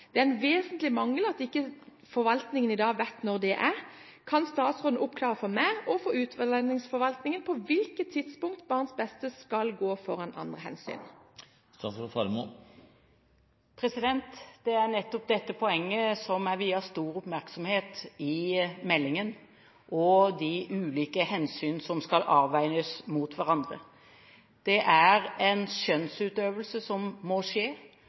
Det er en vesentlig mangel at ikke forvaltningen i dag vet når det er. Kan statsråden oppklare for meg og for utlendingsforvaltningen på hvilket tidspunkt barns beste skal gå foran andre hensyn? Det er nettopp dette poenget som er viet stor oppmerksomhet i meldingen, og de ulike hensyn som skal avveies mot hverandre. Det er en skjønnsutøvelse som må skje,